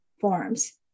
forms